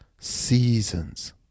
seasons